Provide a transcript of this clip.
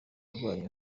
murwayi